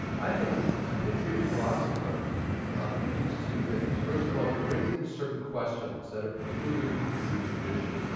i think to be a jewish philosopher means two things first of all you're raising certain questions that are peculiar to the jewish tradition.